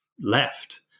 left